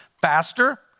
faster